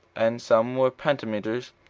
and some were pentameters.